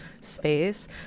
space